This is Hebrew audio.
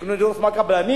יקנו דירות מקבלנים,